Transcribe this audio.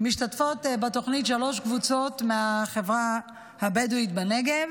משתתפות בתוכנית שלוש קבוצות מהחברה הבדואית בנגב,